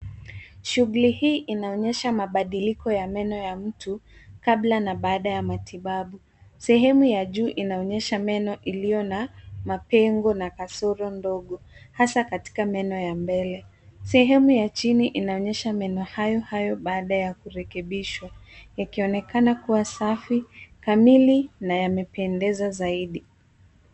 Shughuli hii inaonyesha mabadiliko ya meno ya mtu, kabla na baada ya matibabu .Sehemu ya juu inaonyesha meno iliyo na mapengo na kasoro ndogo, hasaa katika meno ya mbele. Sehemu ya chini inaonyesha meno hayo hayo baada ya kurekebishwa, yakionekana kuwa safi, kamili na yamependeza zaidi.